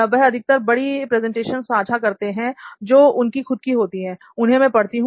वह अधिकतर बड़ी प्रेजेंटेशन साझा करते हैं जो उनकी खुद की होती हैं उन्हें में पढ़ती हूं